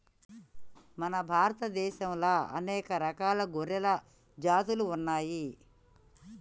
మన భారత దేశంలా అనేక రకాల గొర్రెల జాతులు ఉన్నయ్యి